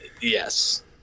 Yes